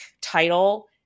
title